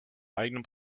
eigenen